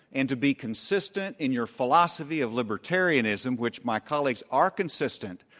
and to be consistent in your philosophy of libertarianism, which my colleagues are consistent,